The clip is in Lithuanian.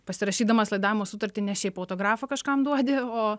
pasirašydamas laidavimo sutartį ne šiaip autografą kažkam duodi o